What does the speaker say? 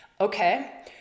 okay